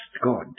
God